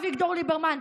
אביגדור ליברמן,